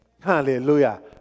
Hallelujah